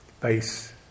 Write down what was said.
base